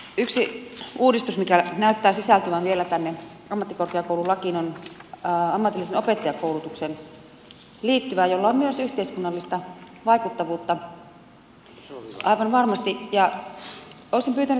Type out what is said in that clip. yksi uudistus mikä näyttää sisältyvän vielä tänne ammattikorkeakoululakiin on ammatilliseen opettajakoulutukseen liittyvä jolla on myös yhteiskunnallista vaikuttavuutta aivan varmasti ja olisin pyytänyt ministeriä avaamaan tätä